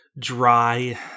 dry